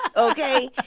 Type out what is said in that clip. ok?